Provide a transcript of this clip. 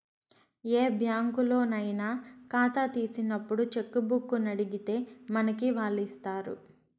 ఏ బ్యాంకులోనయినా కాతా తీసినప్పుడు చెక్కుబుక్కునడిగితే మనకి వాల్లిస్తారు